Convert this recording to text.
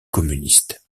communiste